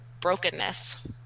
brokenness –